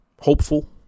hopeful